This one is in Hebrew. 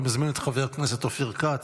אני מזמין את חבר הכנסת אופיר כץ,